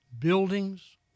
Buildings